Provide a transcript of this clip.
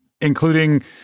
including